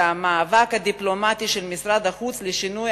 והמאבק הדיפלומטי של משרד החוץ לשינוי